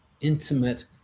intimate